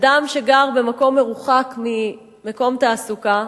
אדם שגר במקום מרוחק ממקום תעסוקה,